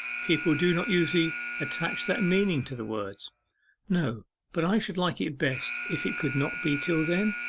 people do not usually attach that meaning to the words no but i should like it best if it could not be till then